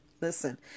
Listen